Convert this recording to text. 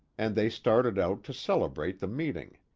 and they started out to celebrate the meeting.